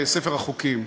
בספר החוקים.